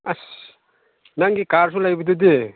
ꯑꯁ ꯅꯪꯒꯤ ꯀꯥꯔꯁꯨ ꯂꯩꯕꯗꯨꯗꯤ